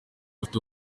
ufite